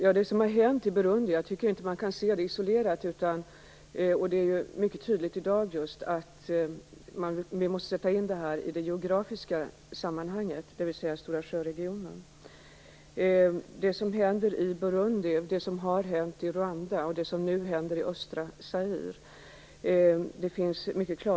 Herr talman! Jag tycker inte att man kan se det som har hänt i Burundi isolerat. Det är just i dag mycket tydligt att vi måste sätta in det här i det geografiska sammanhanget, dvs. i Stora sjö-regionen. Det finns mycket klara samband mellan det som händer i Burundi, det som har hänt i Rwanda och det som nu händer i östra Zaire.